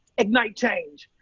ignite change,